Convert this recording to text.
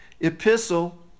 Epistle